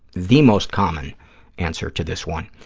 the most common answer to this one,